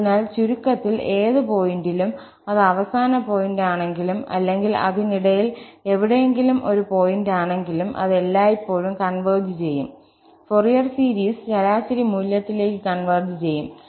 അതിനാൽ ചുരുക്കത്തിൽ ഏത് പോയിന്റിലും അത് അവസാന പോയിന്റാണെങ്കിലും അല്ലെങ്കിൽ അതിനിടയിൽ എവിടെയെങ്കിലും ഒരു പോയിന്റാണെങ്കിലും അത് എല്ലായ്പ്പോഴും കൺവെർജ് ചെയ്യും ഫോറിയർ സീരീസ് ശരാശരി മൂല്യത്തിലേക്ക് കൺവെർജ് ചെയ്യും